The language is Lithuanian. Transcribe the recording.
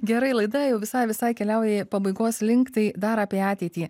gerai laida jau visai visai keliauji pabaigos link tai dar apie ateitį